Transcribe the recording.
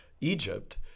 Egypt